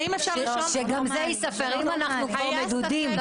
שגם זה ייספר, אם כבר אנחנו מדודים.